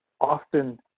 often